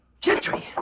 Gentry